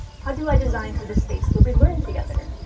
how do i design for the space where we learn together?